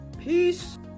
Peace